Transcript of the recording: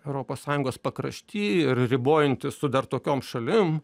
europos sąjungos pakrašty ir ribojantis su dar tokiom šalim